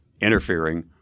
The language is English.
interfering